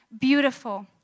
beautiful